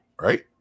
right